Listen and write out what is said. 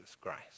Christ